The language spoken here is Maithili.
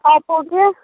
आइ पोर्टमे